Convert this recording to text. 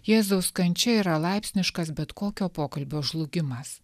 jėzaus kančia yra laipsniškas bet kokio pokalbio žlugimas